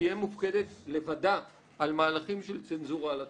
תהיה מופקדת לבדה על מהלכים של צנזורה על התרבות.